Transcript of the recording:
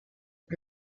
and